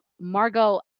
Margot